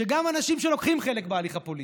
שגם אנשים שלוקחים חלק בהליך הפוליטי,